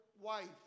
wife